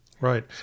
right